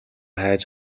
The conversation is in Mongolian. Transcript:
хайж